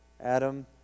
Adam